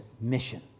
mission